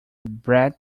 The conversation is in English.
brat